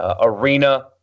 arena